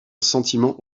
sentiment